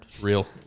real